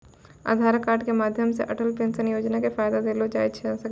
आधार कार्ड के माध्यमो से अटल पेंशन योजना के फायदा लेलो जाय सकै छै